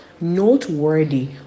Noteworthy